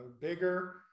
bigger